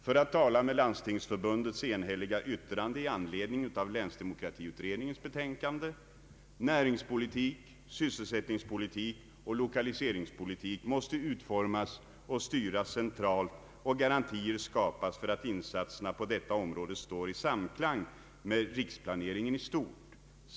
För att tala med Landstingsförbundets enhälliga yttrande i anledning av länsdemokratiutredningens betänkande: ”Näringspolitik, <sysselsättningspolitik och lokaliseringspolitik måste utformas och styras centralt och garantier skapas för att insatserna på detta område står i samklang med riksplaneringen i stort.